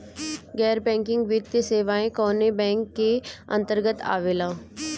गैर बैंकिंग वित्तीय सेवाएं कोने बैंक के अन्तरगत आवेअला?